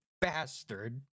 bastard